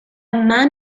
man